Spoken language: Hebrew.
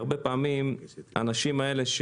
הרבה פעמים האנשים האלה,